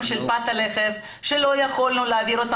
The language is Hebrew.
של פת לחם שלא יכולנו להעביר אותם.